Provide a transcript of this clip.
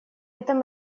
этом